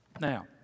Now